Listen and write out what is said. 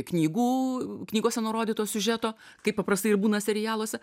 knygų knygose nurodyto siužeto kaip paprastai ir būna serialuose